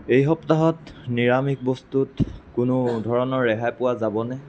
এই সপ্তাহত নিৰামিষ বস্তুত কোনো ধৰণৰ ৰেহাই পোৱা যাবনে